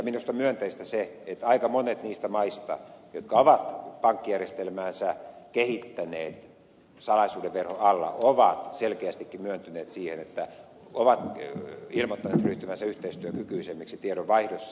minusta myönteistä on se että aika monet niistä maista jotka ovat pankkijärjestelmäänsä kehittäneet salaisuuden verhon alla ovat selkeästikin myöntyneet siihen että ovat ilmoittaneet ryhtyvänsä yhteistyökykyisemmiksi tiedonvaihdossa